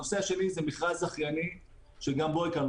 הנושא השני זה מכרז זכייני שגם בו הקלנו.